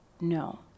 No